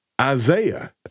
Isaiah